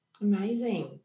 amazing